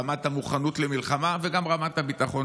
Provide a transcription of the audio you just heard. ברמת המוכנות למלחמה וגם ברמת הביטחון